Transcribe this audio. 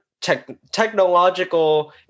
technological